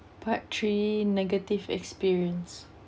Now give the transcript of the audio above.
part three negative experience